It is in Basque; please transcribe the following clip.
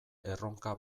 erronka